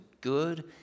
good